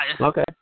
Okay